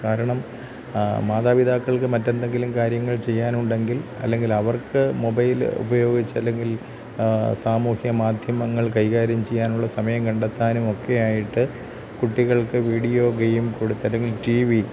കാരണം മാതാപിതാക്കൾക്ക് മറ്റ് എന്തെങ്കിലും കാര്യങ്ങൾ ചെയ്യാനുണ്ടെങ്കിൽ അല്ലെങ്കിൽ അവർക്ക് മൊബൈല് ഉപയോഗിച്ച് അല്ലെങ്കിൽ സാമൂഹ്യ മാധ്യമങ്ങൾ കൈകാര്യം ചെയ്യാനുള്ള സമയം കണ്ടെത്താനുമൊക്കെ ആയിട്ട് കുട്ടികൾക്ക് വീഡിയോ ഗെയ്മ് കൊടുത്ത് അല്ലെങ്കിൽ റ്റി വി